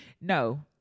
No